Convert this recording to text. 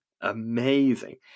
Amazing